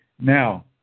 Now